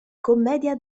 commedia